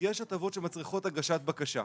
יש הטבות שמצריכות הגשת בקשה.